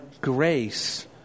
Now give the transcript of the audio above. grace